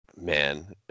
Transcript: man